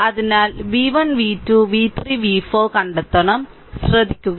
അതിനാൽ v1 v2 v3 v4 കണ്ടെത്തണം ശ്രദ്ധിക്കുക